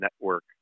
network